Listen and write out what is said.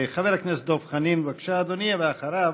חבר הכנסת דב חנין, בבקשה, אדוני, ואחריו,